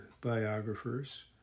biographers